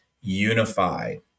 unified